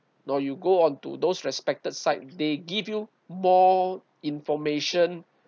or you go onto those respected site they give you more information